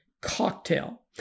cocktail